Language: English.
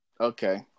Okay